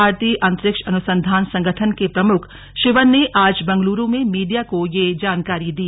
भारतीय अंतरिक्ष अनुसंधान संगठन के प्रमुख शिवन ने आज बंगलुरू में मीडिया को यह जानकारी दी